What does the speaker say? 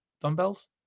Dumbbells